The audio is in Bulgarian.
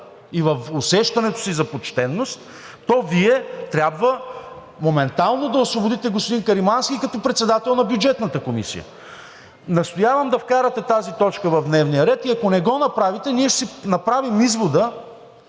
и в усещането си за почтеност, то Вие трябва моментално да освободите господин Каримански и като председател на Бюджетната комисия. Настоявам да вкарате тази точка в дневния ред и ако не го направите, ние ще направим извода,